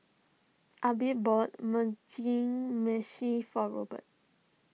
Abe bought Mugi Meshi for Robert